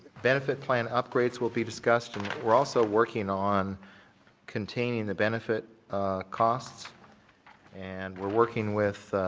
benefit plan upgrades will be discussed. and we're also working on containing the benefit cost and we're working with,